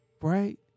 right